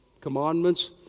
commandments